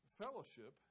fellowship